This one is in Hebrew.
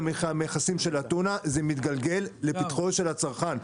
המכסים של הטונה זה מתגלגל לפתחו של הצרכן.